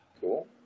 Cool